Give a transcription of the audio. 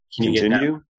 Continue